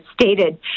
stated